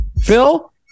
Phil